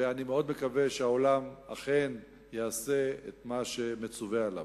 ואני מאוד מקווה שהעולם אכן יעשה את מה שמצווה עליו.